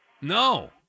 No